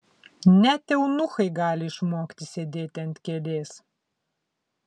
net eunuchai gali išmokti sėdėti ant kėdės